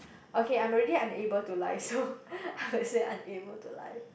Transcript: okay I'm already unable to lie so I would say unable to lie